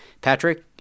Patrick